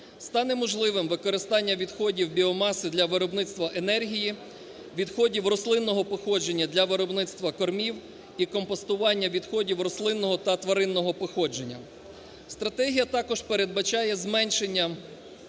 Стане можливим використання відходів біомаси для виробництва енергії, відходів рослинного походження для виробництва кормів і компостування відходів рослинного та тваринного походження. Стратегія також передбачає зменшення